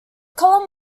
column